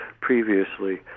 previously